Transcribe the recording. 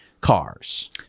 cars